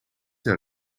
naar